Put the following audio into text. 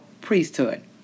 priesthood